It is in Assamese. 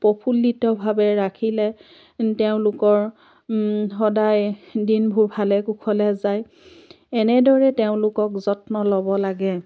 প্ৰফুল্লিত ভাবেৰে ৰাখিলে তেওঁলোকৰ সদায় দিনবোৰ ভালে কুশলে যায় এনেদৰে তেওঁলোকক যত্ন ল'ব লাগে